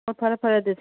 ꯐꯔꯦ ꯐꯔꯦ ꯑꯗꯨꯗꯤ